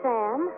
Sam